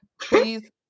please